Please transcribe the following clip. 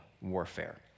warfare